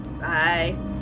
Bye